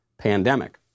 pandemic